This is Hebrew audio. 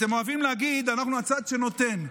אתם אוהבים להגיד: אנחנו הצד שנותן,